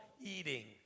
eating